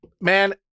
Man